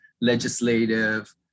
legislative